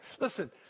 Listen